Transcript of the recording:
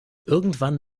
irgendwann